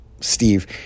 Steve